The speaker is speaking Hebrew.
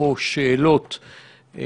החוק הזה בחטא בא